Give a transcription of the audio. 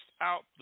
out